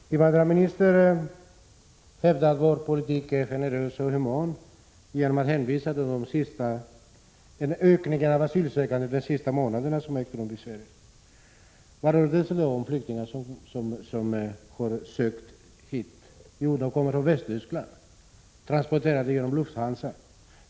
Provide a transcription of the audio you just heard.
Fru talman! Invandrarministern hävdar att vår flyktingpolitik är generös och human, genom att hänvisa till den ökning av asylsökande som ägt rum i Sverige under de senaste månaderna. Vad är det för flyktingar som har sökt sig hit? Jo, de kommer från Västtyskland, transporterade av Lufthansa.